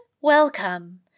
Welcome